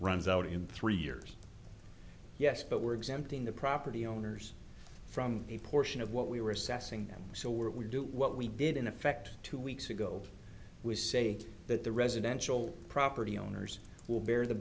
runs out in three years yes but we're examining the property owners from a portion of what we were assessing so we do what we did in effect two weeks ago we say that the residential property owners will bear the